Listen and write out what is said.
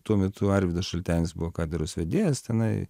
tuo metu arvydas šaltenis buvo katedros vedėjas tenai